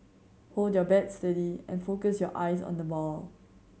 hold your bat steady and focus your eyes on the ball